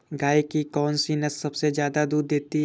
गाय की कौनसी नस्ल सबसे ज्यादा दूध देती है?